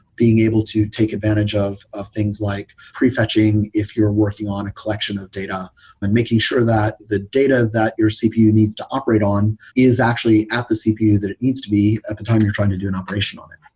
being able to take advantage of of things like prefetching if you're working on a collection of data and making sure that the data that your cpu needs to operate on is actually at the cpu that it needs to be at the time you're trying to do an operation on it.